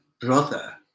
brother